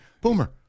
Boomer